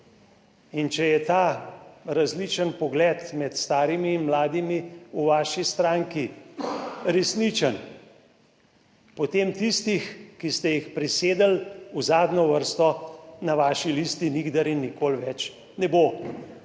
in če je ta različen pogled med starimi in mladimi v vaši stranki resničen, potem tistih, ki ste jih presedli v zadnjo vrsto na vaši listi nikdar in nikoli več ne bo,